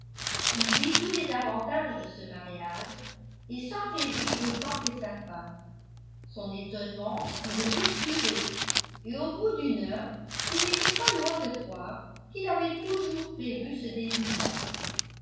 il vit tous les avantages de ce mariage et s'en réjouit autant que sa femme son étonnement fut de courte durée et au bout d'une heure il n'était pas loin de croire qu'il avait toujours prévu ce dénouement